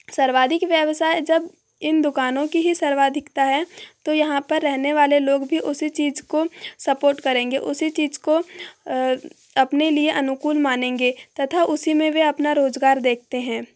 सर्वाधिक व्यवसाय जब इन दुकानों की ही सर्वाधिकता है तो यहाँ पर रहने वाले लोग भी उसी चीज को सपोर्ट करेंगे उसी चीज को अपने लिए अनुकूल मानेंगे तथा उसी में वे अपना रोजगार देखते हैं